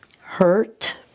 hurt